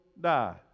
die